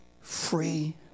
free